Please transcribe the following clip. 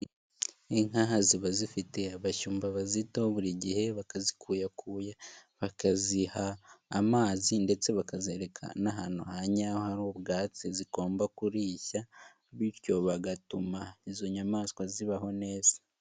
Inka ziba zifite abashyumba bazitaho buri gihe, bakazikuyakuya, bakaziha amazi ndetse bakazereka n'ahantu hanyaho hari ubwatsi zigomba kurishya, bityo bagatuma izo nyamaswa zibaho neza.